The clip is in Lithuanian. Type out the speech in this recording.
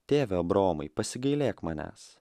tėve abraomai pasigailėk manęs